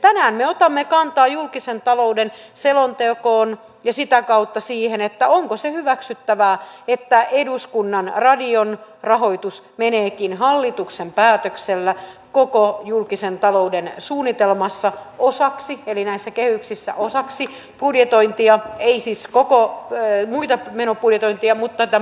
tänään me otamme kantaa julkisen talouden selontekoon ja sitä kautta siihen onko se hyväksyttävää että eduskunnan radion rahoitus meneekin hallituksen päätöksellä koko julkisen talouden suunnitelmassa eli näissä kehyksissä osaksi budjetointia ei siis muita menobudjetointeja mutta tämän budjettiraamin sisään